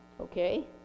Okay